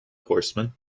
horsemen